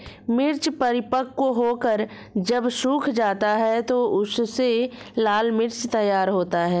मिर्च परिपक्व होकर जब सूख जाता है तो उससे लाल मिर्च तैयार होता है